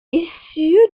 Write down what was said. issue